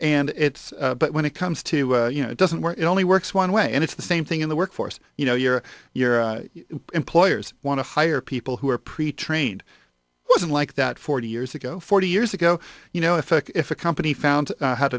and it's but when it comes to you know it doesn't work it only works one way and it's the same thing in the workforce you know your your employers want to hire people who are pre trained wasn't like that forty years ago forty years ago you know effect if a company found